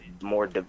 more